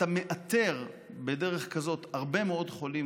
אתה מאתר בדרך כזאת הרבה מאוד חולים,